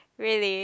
really